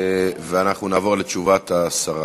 ואנחנו נעבור לתשובת השרה.